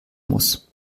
muss